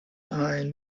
eyeing